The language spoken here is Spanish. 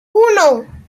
uno